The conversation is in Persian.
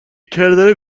کردن